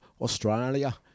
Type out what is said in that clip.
Australia